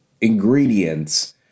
ingredients